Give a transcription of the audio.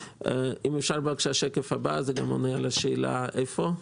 השקף הבא עונה לשאלה איפה.